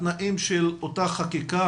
התנאים של אותה חקיקה,